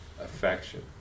affection